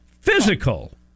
Physical